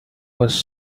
was